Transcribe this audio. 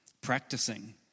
practicing